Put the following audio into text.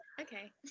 Okay